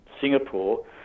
singapore